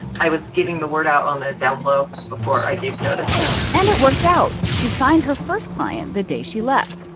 i was getting the word out on the down low before i gave notice and it worked out. she signed her first client the day she left.